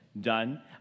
done